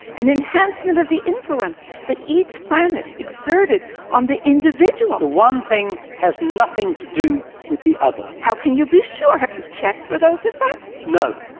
an enhancement of the influence that each planet exerted on the individual. the one thing has nothing to do with the other. how can you be sure? have you checked for those effects? no.